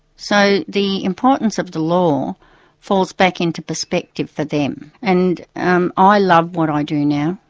so the importance of the law falls back into perspective for them and um i love what i do now,